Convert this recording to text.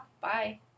bye